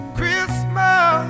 Christmas